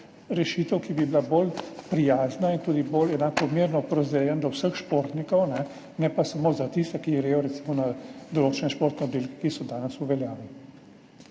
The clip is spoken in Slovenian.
rešitev, ki bi bila bolj prijazna in tudi bolj enakomerno porazdeljena do vseh športnikov, ne pa samo za tiste, ki gredo recimo na določene športne oddelke, ki so danes v veljavi.